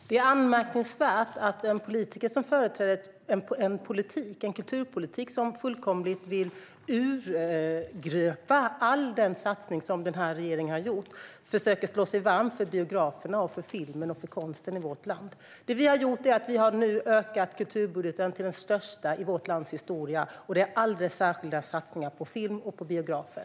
Herr talman! Det är anmärkningsvärt att en politiker som företräder en kulturpolitik som vill fullkomligt urgröpa all den satsning som den här regeringen har gjort försöker tala sig varm för biograferna, filmen och konsten i vårt land. Vad vi gjort är att öka kulturbudgeten till att bli den största i vårt lands historia. I detta finns särskilda satsningar på film och på biografer.